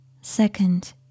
Second